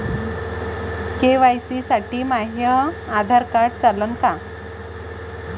KYC साठी माह्य Aadhaar card चालन का?